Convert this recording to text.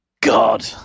God